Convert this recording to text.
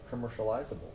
commercializable